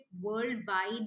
worldwide